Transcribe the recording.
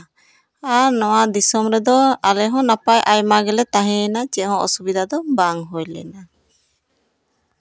ᱟᱨ ᱱᱚᱣᱟ ᱫᱤᱥᱚᱢ ᱨᱮᱫᱚ ᱟᱞᱮ ᱦᱚᱸ ᱱᱟᱯᱟᱭ ᱟᱭᱢᱟ ᱜᱮᱞᱮ ᱛᱟᱦᱮᱸᱭᱮᱱᱟ ᱟᱨ ᱪᱮᱫ ᱦᱚᱸ ᱚᱥᱩᱵᱤᱫᱟ ᱫᱚ ᱵᱟᱝ ᱦᱩᱭ ᱞᱮᱱᱟ